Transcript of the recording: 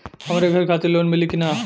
हमरे घर खातिर लोन मिली की ना?